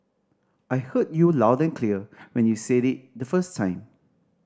I heard you loud and clear when you said it the first time